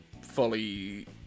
fully